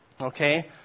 Okay